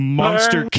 monster